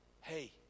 hey